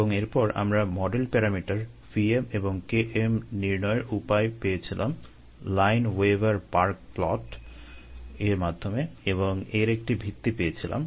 এবং এরপর আমরা মডেল প্যারামিটার v m এবং k m নির্ণয়ের উপায় পেয়েছিলাম লাইনওয়েভার বার্ক প্লট এর মাধ্যমে এবং এর একটি ভিত্তি পেয়েছিলাম